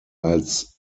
als